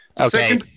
Okay